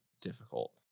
difficult